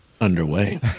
underway